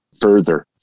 further